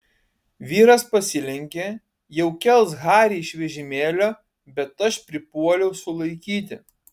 vyras pasilenkė jau kels harį iš vežimėlio bet aš pripuoliau sulaikyti